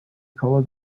called